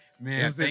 man